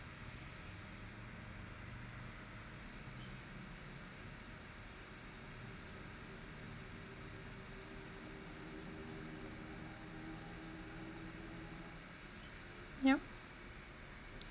yup